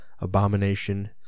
Abomination